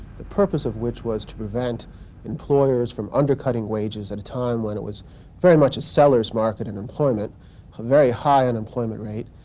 the purpose of which was to prevent employers from undercutting wages at a time when it was very much a seller's market of and employment, a very high unemployment rate,